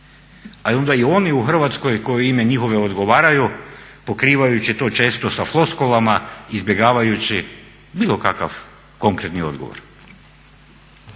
A onda i oni u Hrvatskoj koji …/Govornik se ne razumije./… odgovaraju pokrivajući to često sa floskulama izbjegavajući bilo kakav konkretni odgovor.